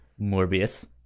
morbius